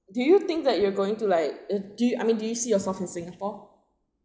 do you think that you're going to like uh do you I mean do you see yourself in singapore